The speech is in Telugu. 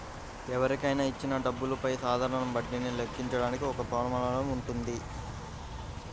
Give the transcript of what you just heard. ఎవరికైనా ఇచ్చిన డబ్బులపైన సాధారణ వడ్డీని లెక్కించడానికి ఒక ఫార్ములా వుంటది